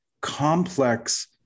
complex